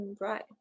right